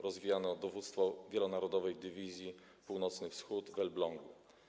Rozwijano Dowództwo Wielonarodowej Dywizji Północny Wschód w Elblągu.